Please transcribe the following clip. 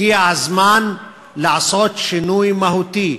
הגיע הזמן לעשות שינוי מהותי,